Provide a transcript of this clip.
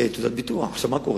תעודת ביטוח, עכשיו, מה קורה?